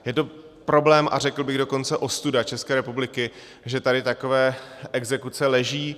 Je to problém, a řekl bych dokonce ostuda České republiky, že tady takové exekuce leží.